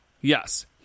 Yes